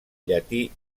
llatí